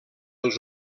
els